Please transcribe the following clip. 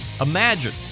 Imagine